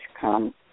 come